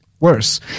Worse